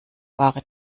ware